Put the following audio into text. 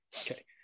okay